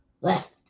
left